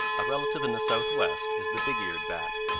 a relative in the southwest is the big-eared bat.